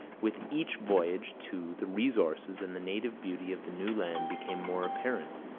with each voyage, too, the resources and the native beauty of the new land became more apparent.